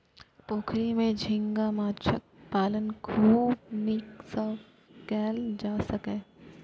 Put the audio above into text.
पोखरि मे झींगा माछक पालन खूब नीक सं कैल जा सकैए